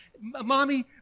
Mommy